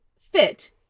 fit